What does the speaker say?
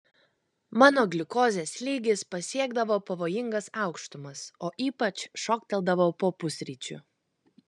mano gliukozės lygis pasiekdavo pavojingas aukštumas o ypač šoktelėdavo po pusryčių